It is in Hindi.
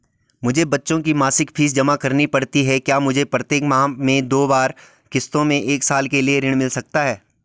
मुझे बच्चों की मासिक फीस जमा करनी पड़ती है क्या मुझे प्रत्येक माह में दो बार किश्तों में एक साल के लिए ऋण मिल सकता है?